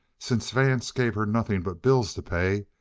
since vance gave her nothing but bills to pay,